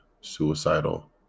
suicidal